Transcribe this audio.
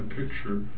picture